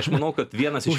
aš manau kad vienas iš